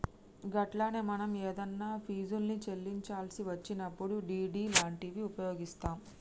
గట్లనే మనం ఏదన్నా ఫీజుల్ని చెల్లించాల్సి వచ్చినప్పుడు డి.డి లాంటివి ఉపయోగిస్తాం